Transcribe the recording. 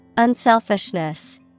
Unselfishness